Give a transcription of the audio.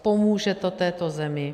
Pomůže to této zemi.